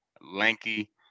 lanky